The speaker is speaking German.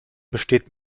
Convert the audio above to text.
besteht